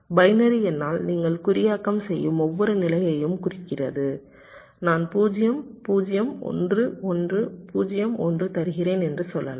binary எண்ணால் நீங்கள் குறியாக்கம் செய்யும் ஒவ்வொரு நிலையையும் குறிக்கிறது நான் 0 0 1 1 0 1 தருகிறேன் என்று சொல்லலாம்